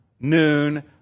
noon